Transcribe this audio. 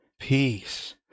peace